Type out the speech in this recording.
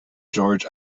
george